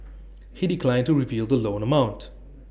he declined to reveal the loan amount